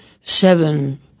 seven